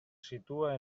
situa